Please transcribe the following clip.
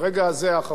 של החסד,